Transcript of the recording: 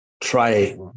Try